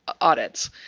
audits